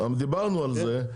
דיברנו על זה,